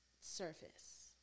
surface